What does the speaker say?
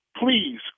please